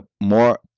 more